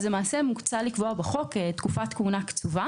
למעשה מוצע לקבוע בחוק תקופת כהונה קצובה.